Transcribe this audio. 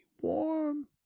warm